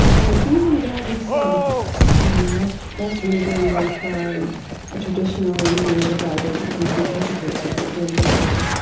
and even god himself, i mean, that's that's really going very far and a traditional reading of the bible would hesitate before going this far,